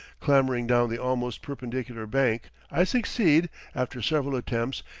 clambering down the almost perpendicular bank i succeed, after several attempts,